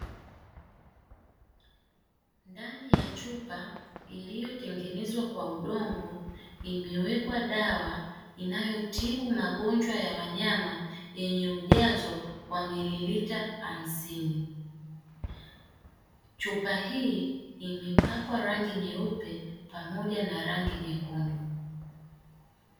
Ndani ya chupa iliyotengenezwa kwa udongo imewekwa dawa inayotibu magonjwa ya wanyama yenye ujazo wa mililita hamsini. Chupa hii imepakwa rangi nyeupe pamoja na rangi nyekundu.